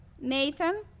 Nathan